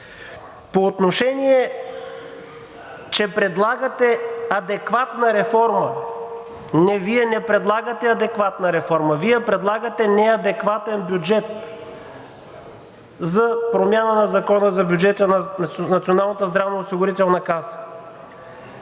По отношение, че предлагате адекватна реформа – не, Вие не предлагате адекватна реформа, а Вие предлагате неадекватен бюджет за промяна на Закона за бюджета на